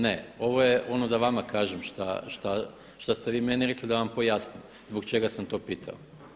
Ne, ovo je ono da vama kažem šta ste vi meni rekli da vam pojasnim zbog čega sam to pitao.